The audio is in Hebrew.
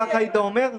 כך היית אומר?